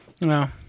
No